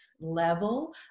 level